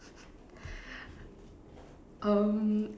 um